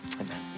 Amen